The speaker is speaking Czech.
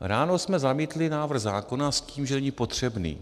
Ráno jsme zamítli návrh zákona s tím, že není potřebný.